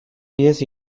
bidez